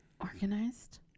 organized